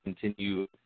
continue